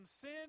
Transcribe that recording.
sin